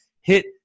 Hit